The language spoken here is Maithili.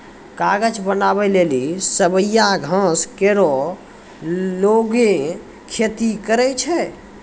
कागज बनावै लेलि सवैया घास केरो लोगें खेती करै छै